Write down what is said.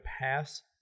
pass